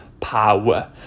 power